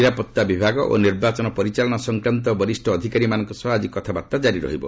ନିରାପତ୍ତା ବିଭାଗ ଓ ନିର୍ବାଚନ ପରିଚାଳନା ସଂକ୍ରାନ୍ତ ବରିଷ୍ଣ ଅଧିକାରୀମାନଙ୍କ ସହ ଆଜି କଥାବାର୍ତ୍ତା କାରି ରହିବ